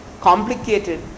complicated